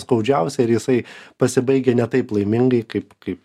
skaudžiausia ir jisai pasibaigia ne taip laimingai kaip kaip